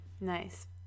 Nice